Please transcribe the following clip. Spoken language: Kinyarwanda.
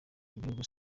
igihugu